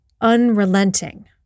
unrelenting